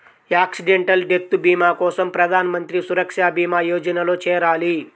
accidental death భీమా కోసం ప్రధాన్ మంత్రి సురక్షా భీమా యోజనలో చేరాలి